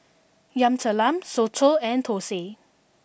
Yam Talam Soto And Thosai